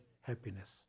happiness